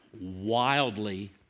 wildly